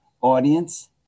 audience